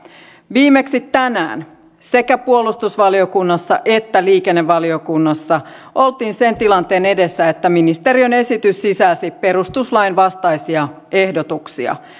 viimeksi tänään sekä puolustusvaliokunnassa että liikennevaliokunnassa oltiin sen tilanteen edessä että ministeriön esitys sisälsi perustuslain vastaisia ehdotuksia